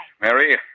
Mary